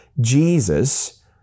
Jesus